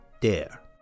Dare